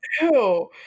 ew